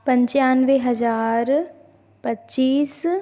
पचानवे हज़ार पच्चीस